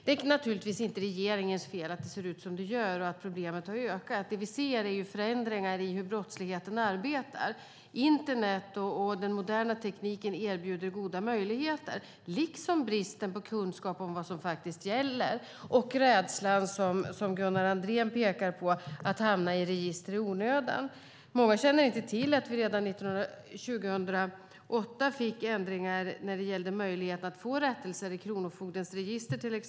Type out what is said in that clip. Det är naturligtvis inte regeringens fel att det ser ut som det gör och att problemet har blivit större. Det vi ser är förändringar i hur brottsligheten arbetar. Internet och den moderna tekniken erbjuder goda möjligheter, liksom bristen på kunskap om vad som faktiskt gäller och den rädsla som Gunnar Andrén pekar på att hamna i register i onödan. Många känner inte till att vi redan 2008 fick ändringar när det gäller möjlighet att till exempel få rättelser i kronofogdens register.